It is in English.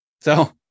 So-